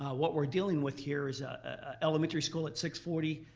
what we're dealing with here is ah ah elementary school at six forty,